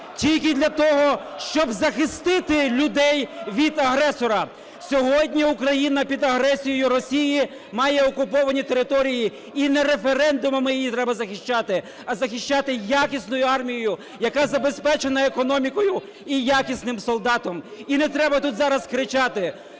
тільки для того, щоб захистити людей від агресора. Сьогодні Україна під агресією Росії, має окуповані території. І не референдумами її треба захищати, а захищати якісною армією, яка забезпечена економікою і якісним солдатом. І не треба тут зараз кричати,